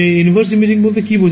inverse imaging বলতে কী বোঝায়